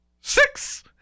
six